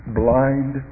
blind